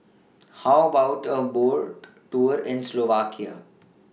How about A Boat Tour in Slovakia